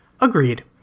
Agreed